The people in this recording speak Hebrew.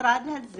שהמשרד הזה